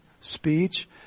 speech